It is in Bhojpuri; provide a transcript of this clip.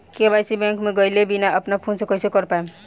के.वाइ.सी बैंक मे गएले बिना अपना फोन से कइसे कर पाएम?